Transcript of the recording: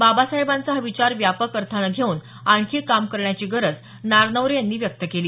बाबासाहेबांचा हा विचार व्यापक अर्थाने घेऊन आणखी काम करण्याची गरज नारनवरे यांनी व्यक्त केली